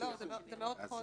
זה מאוד חודש.